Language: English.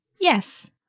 Yes